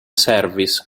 service